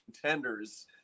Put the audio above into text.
contenders